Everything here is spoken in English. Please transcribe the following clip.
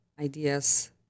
ideas